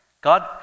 God